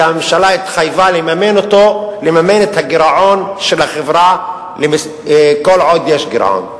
הממשלה התחייבה לממן את הגירעון של החברה כל עוד יש גירעון.